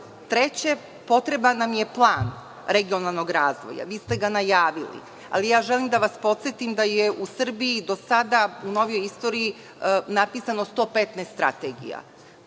potreban nam je plan regionalnog razvoja. Vi ste ga najavili, ali ja želim da vas podsetim da je u Srbiji do sada u novijoj istoriji napisano 115 strategija.